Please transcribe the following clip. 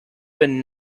been